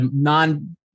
non